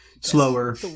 Slower